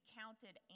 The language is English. counted